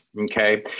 Okay